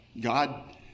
God